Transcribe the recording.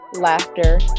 laughter